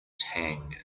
tang